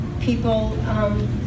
people